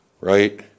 right